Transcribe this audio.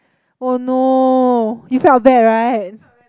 oh no he felt bad right